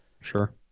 Sure